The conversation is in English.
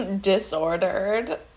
disordered